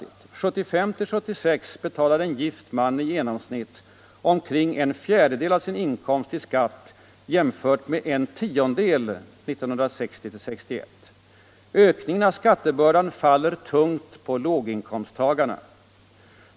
1975-1976 betalade en gift man i genomsnitt en fjärdedel av sin inkomst i skatt jämfört med en tiondel 1960-1961. Ökningen av skattebördan faller tungt på låginkomsttagarna.